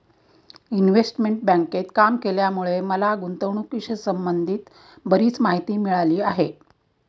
investment बँकेत काम केल्यामुळे मला गुंतवणुकीशी संबंधित बरीच माहिती मिळाली आहे